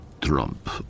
Trump